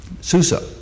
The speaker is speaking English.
Susa